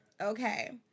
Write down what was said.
Okay